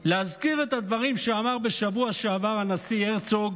להזכיר את הדברים שאמר בשבוע שעבר הנשיא הרצוג,